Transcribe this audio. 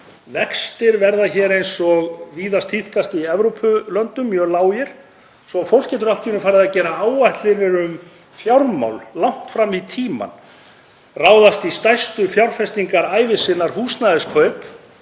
Vextir verða hér eins og víða tíðkast í Evrópulöndum mjög lágir svo fólk getur allt í einu farið að gera áætlanir um fjármál langt fram í tímann, ráðist í stærstu fjárfestingar ævi sinnar, húsnæðiskaup,